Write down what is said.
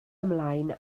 ymlaen